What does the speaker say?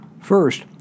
First